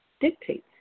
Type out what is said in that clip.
dictates